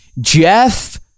Jeff